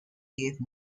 gave